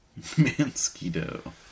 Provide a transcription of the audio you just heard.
Mansquito